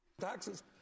Taxes